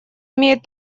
имеет